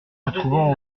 trouvant